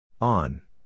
On